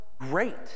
great